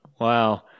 Wow